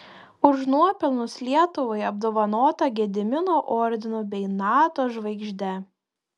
už nuopelnus lietuvai apdovanota gedimino ordinu bei nato žvaigžde